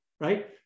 right